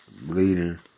Bleeding